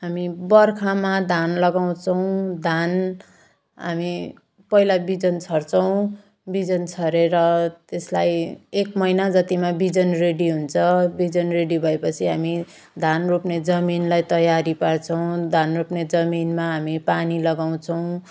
हामी बर्खामा धान लगाउँछौँ धान हामी पहिला बिजन छर्छौँ बिजन छरेर त्यसलाई एक महिना जतिमा बिजन रेडी हुन्छ बिजन रेडी भएपछि हामी धान रोप्ने जमिनलाई तयारी पार्छौँ धान रोप्ने जमिनमा हामी पानी लगाउँछौँ